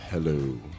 Hello